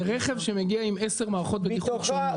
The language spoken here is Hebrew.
זה רכב שמגיע עם עשר מערכות בטיחות שונות.